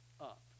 up